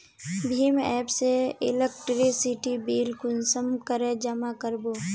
भीम app से electricity bill कुंसम करे जमा कर बो?